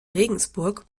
regensburg